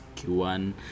Q1